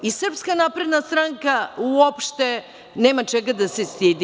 Srpska napredna stranka uopšte nema čega da se stidi.